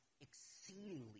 exceedingly